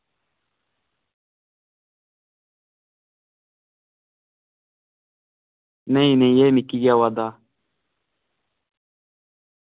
नेईं नेईं एह् मिगी गै होआ दा